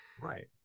Right